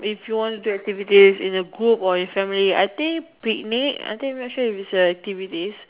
if you want to do activity in a group or family I think picnic I am not sure is it a activity